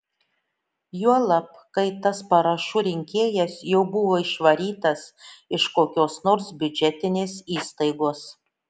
juolab kai tas parašų rinkėjas jau buvo išvarytas iš kokios nors biudžetinės įstaigos